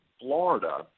Florida